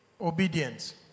Obedience